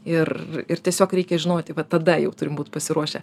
ir ir tiesiog reikia žinoti va tada jau turim būti pasiruošę